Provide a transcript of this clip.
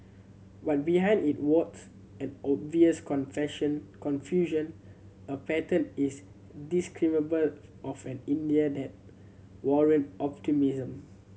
but behind it warts and obvious confusion a pattern is discernible of an India that warrant optimism